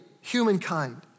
humankind